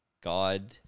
God